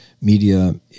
media